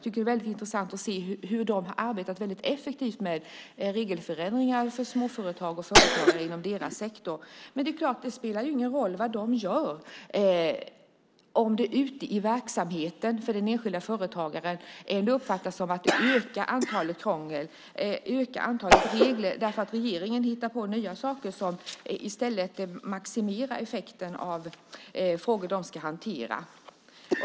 Det är väldigt intressant att se hur de arbetat väldigt effektivt med regelförändringar för småföretag och företagare inom deras sektor. Men det är klart att det inte spelar någon roll vad de gör om det ute i verksamheten för den enskilde företagaren uppfattas som att krånglet och antalet regler ökar, därför att regeringen hittar på nya saker som i stället maximerar effekten av de frågor som de ska hantera.